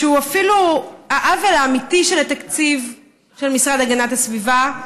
שהוא אפילו העוול האמיתי של התקציב של המשרד להגנת הסביבה,